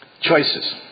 Choices